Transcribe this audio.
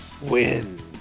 win